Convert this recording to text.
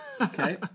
Okay